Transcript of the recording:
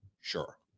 Sure